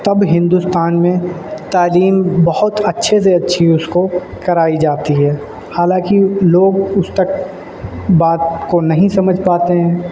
تب ہندوستان میں تعلیم بہت اچھے سے اچھی اس کو کرائی جاتی ہے حالانکہ لوگ اس تک بات کو نہیں سمجھ پاتے ہیں